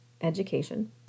education